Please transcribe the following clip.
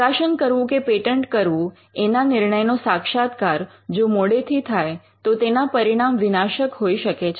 પ્રકાશન કરવું કે પેટન્ટ કરવું એના નિર્ણયનો સાક્ષાત્કાર જો મોડેથી થાય તો તેના પરિણામ વિનાશક હોઈ શકે છે